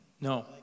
No